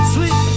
Sweet